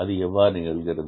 அது எவ்வாறு நிகழ்கிறது